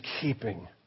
keeping